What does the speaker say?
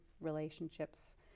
relationships